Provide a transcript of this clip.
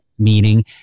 meaning